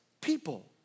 people